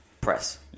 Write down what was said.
press